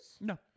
No